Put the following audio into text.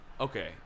Okay